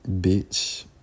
bitch